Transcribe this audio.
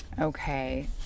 Okay